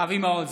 אבי מעוז,